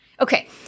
Okay